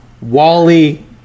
Wally